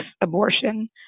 abortion